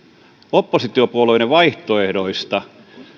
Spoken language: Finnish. oppositiopuolueiden vaihtoehdoista